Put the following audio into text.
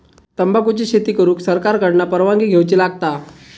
तंबाखुची शेती करुक सरकार कडना परवानगी घेवची लागता